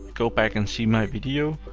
go back and see my video.